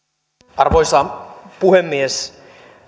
arvoisa puhemies